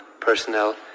personnel